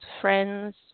friends